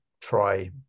try